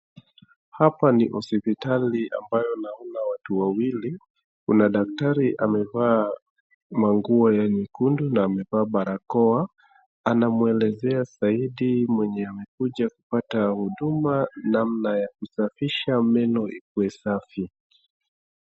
Hapa ni hosipitali ambayo naona watu wawili. Kuna daktari amevaa manguo ya nyekundu na amevaa barakoa, anamueleaea zaidi mwenye amekuja kupata huduma namna ya kusafisha meno ikuwe safi.